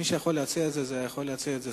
מי שיכול להציע את זה הוא רק השר.